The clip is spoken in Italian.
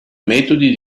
metodi